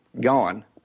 gone